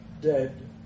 Dead